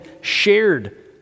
shared